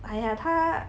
哎呀她